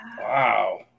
Wow